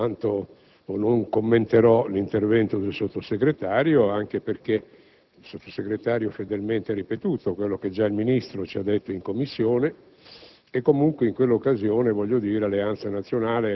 Non risponderò o non commenterò l'intervento del Sottosegretario, anche perché egli ha fedelmente ripetuto quello che già il Ministro ci ha detto in Commissione,